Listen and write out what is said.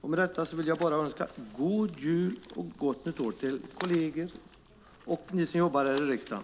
Med detta vill jag önska god jul och ett gott nytt år till kolleger och till er som arbetar i riksdagen.